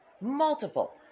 multiple